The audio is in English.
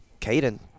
Caden